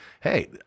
hey